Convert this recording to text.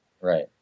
Right